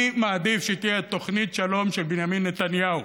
אני מעדיף שתהיה תוכנית שלום של בנימין נתניהו,